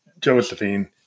Josephine